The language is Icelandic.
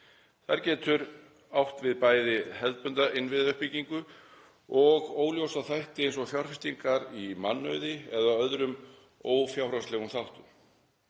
Það getur átt við bæði hefðbundna innviðauppbyggingu og óljósa þætti eins og fjárfestingar í mannauði eða öðrum ófjárhagslegum þáttum.